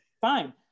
Fine